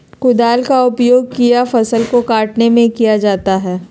कुदाल का उपयोग किया फसल को कटने में किया जाता हैं?